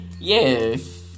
Yes